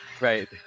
right